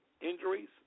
injuries